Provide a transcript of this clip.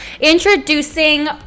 Introducing